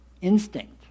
instinct